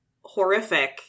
horrific